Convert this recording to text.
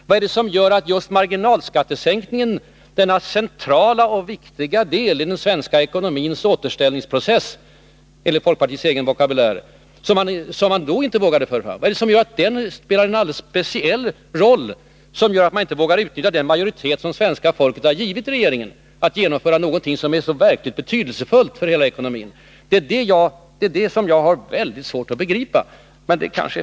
Vad är det som gör att just marginalskattesänkningen, denna centrala och viktiga del i den svenska ekonomins återställningsprocess enligt folkpartiets egen vokabulär, spelar en så speciell roll att man inte vågar utnyttja den majoritet som svenska folket har givit regeringen för att genomföra någonting så verkligt betydelsefullt för hela ekonomin? Det är det som jag har så svårt att begripa.